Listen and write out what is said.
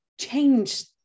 change